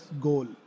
goal